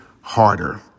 Harder